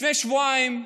לפני שבועיים,